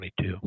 22